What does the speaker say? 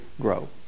grow